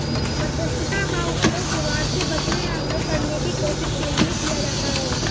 मध्यस्थता का उपयोग विवाद से बचने या हल करने की कोशिश के लिए किया जाता हैं